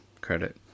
credit